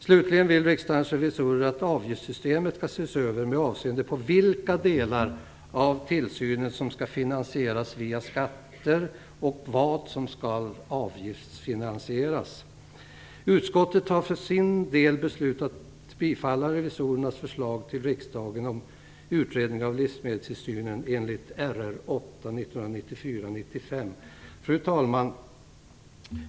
Slutligen vill Riksdagens revisorer att avgiftssystemet skall ses över med avseende på vilka delar av tillsynen som skall finansieras via skatter vilka som skall avgiftsfinansieras. Utskottet har för sin del beslutat bifalla revisorernas förslag till riksdagen som en utredning av livsmedelstillsynen enligt RR8:1994/95. Fru talman!